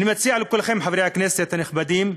אני מציע לכולכם, חברי הכנסת הנכבדים,